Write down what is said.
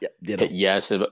yes